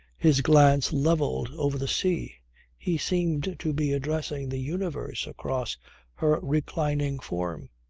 his glance levelled over the sea he seemed to be addressing the universe across her reclining form.